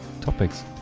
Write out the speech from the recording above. topics